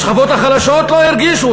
השכבות החלשות לא הרגישו.